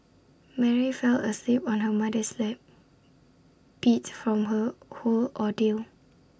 Mary fell asleep on her mother's lap beat from her whole ordeal